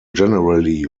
generally